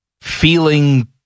feeling